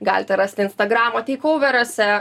galite rasti instagramo teikoveriuose